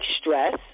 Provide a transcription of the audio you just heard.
stress